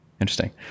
Interesting